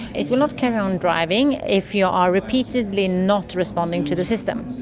it will not carry on driving if you are repeatedly not responding to the system.